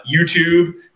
YouTube